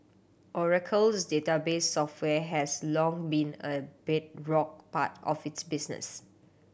Oracle's database software has long been a bedrock part of its business